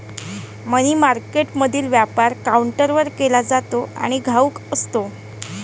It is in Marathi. मनी मार्केटमधील व्यापार काउंटरवर केला जातो आणि घाऊक असतो